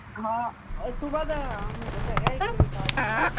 ਹਾਂ ਸੁਬਹਾ ਦਾ ਮਹੂਰਤ ਹੈਗਾ